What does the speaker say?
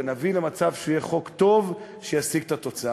ונביא למצב שהוא יהיה חוק טוב שישיג את התוצאה.